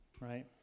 right